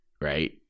right